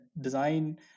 design